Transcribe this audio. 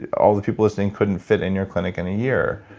yeah all the people are saying couldn't fit in your clinic and a year.